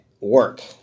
work